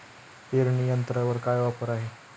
पेरणी यंत्रावर काय ऑफर आहे?